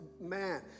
Man